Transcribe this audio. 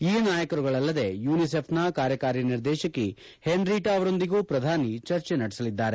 ಈ ನಾಯಕರುಗಳಲ್ಲದೇ ಯೂನಿಸೆಫ್ನ ಕಾರ್ಯಕಾರಿ ನಿರ್ದೇಶಕಿ ಹೆನ್ರಿಟಾ ಅವರೊಂದಿಗೂ ಪ್ರಧಾನಿ ಚರ್ಚೆ ನಡೆಸಲಿದ್ದಾರೆ